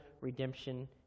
redemption